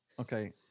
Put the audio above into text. okay